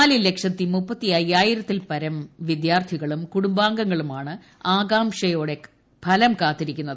നാലുലക്ഷത്തി മുപ്പത്തയ്യായിരത്തിൽപരം വിദ്യാർത്ഥികളും കുടുംബാംഗങ്ങളുമാണ് ആകാംഷയോടെ ഫലം കാത്തിരിക്കുന്നത്